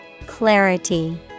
Clarity